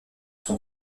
son